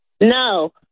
No